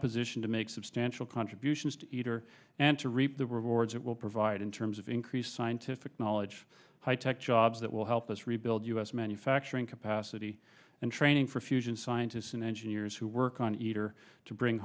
position to make substantial contributions to eater and to reap the rewards it will provide in terms of increased scientific knowledge high tech jobs that will help us rebuild u s manufacturing capacity and training for fusion scientists and engineers who work on either to bring